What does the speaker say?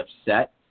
upset